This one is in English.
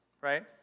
Right